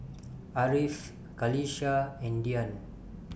Ariff Qalisha and Dian